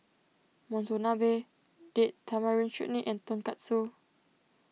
Monsunabe Date Tamarind Chutney and Tonkatsu